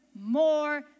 more